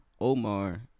Omar